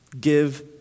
Give